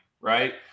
right